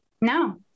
no